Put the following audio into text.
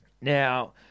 Now